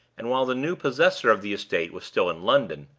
and while the new possessor of the estate was still in london,